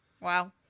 Wow